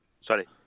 Sorry